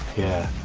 yeah